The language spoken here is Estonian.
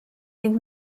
ning